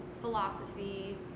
philosophy